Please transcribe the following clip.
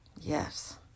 Yes